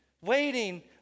waiting